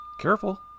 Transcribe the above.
Careful